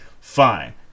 fine